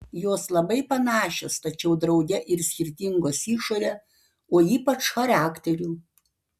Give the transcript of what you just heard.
jos labai panašios tačiau drauge ir skirtingos išore o ypač charakteriu